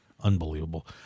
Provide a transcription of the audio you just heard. Unbelievable